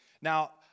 Now